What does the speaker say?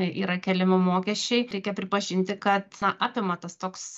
yra keliami mokesčiai reikia pripažinti kad na apima tas toks